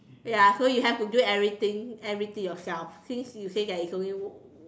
ya so you have to do everything everything yourself since you say that you it's only